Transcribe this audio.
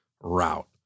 route